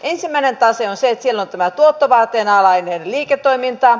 ensimmäisessä taseessa on tämä tuottovaateen alainen liiketoiminta